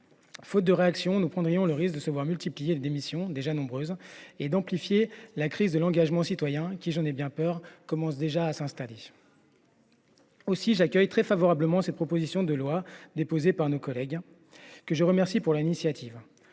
Faute de réaction, nous prendrions le risque de voir se multiplier les démissions, déjà nombreuses, et d’amplifier la crise de l’engagement citoyen qui – j’en ai bien peur – commence déjà à s’installer. Aussi, j’accueille très favorablement cette proposition de loi et je remercie, pour leur initiative,